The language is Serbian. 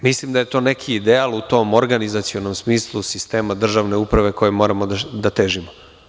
Mislim da je to neki ideal u tom organizacionom smislu sistema državne uprave kojoj moramo da težimo.